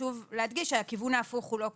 חשוב להדגיש שהכיוון ההפוך הוא לא כך.